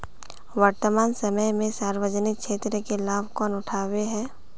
वर्तमान समय में सामाजिक क्षेत्र के लाभ कौन उठावे है?